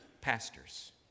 pastors